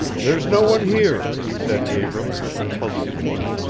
there's no one here, said abrams, with a puzzled look.